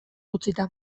utzita